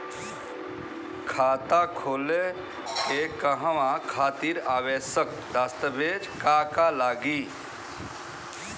खाता खोले के कहवा खातिर आवश्यक दस्तावेज का का लगी?